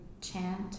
chant